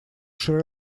шри